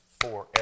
forever